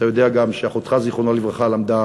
אתה יודע גם שאחותך, זיכרונה לברכה, למדה